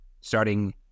starting